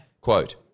Quote